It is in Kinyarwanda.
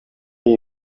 iyi